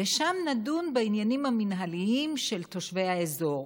ושם נדון בענייניים המינהליים של תושבי האזור.